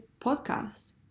podcast